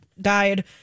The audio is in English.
died